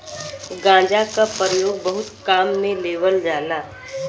गांजा क परयोग बहुत काम में लेवल जाला